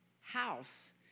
house